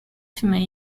female